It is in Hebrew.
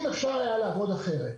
אם אפשר היה לעבוד אחרת,